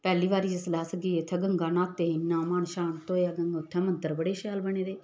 पैह्ली बारी जिसलै अस गे उत्थै गंगा न्हाते इन्ना मन शांत होएआ उत्थै मंदर बड़े शैल बने दे